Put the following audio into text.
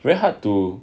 very hard to